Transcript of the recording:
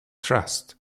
trust